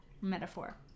metaphor